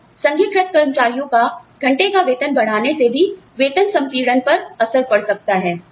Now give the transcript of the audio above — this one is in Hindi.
तो संघीकृत कर्मचारियों का घंटे का वेतन बढ़ाने से भी वेतन संपीड़न पर असर पड़ सकता है